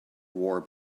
war